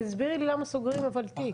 תסבירי לי אבל למה סוגרים תיק.